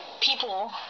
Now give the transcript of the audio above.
people